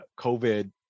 COVID